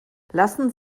lassen